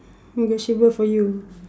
negotiable for you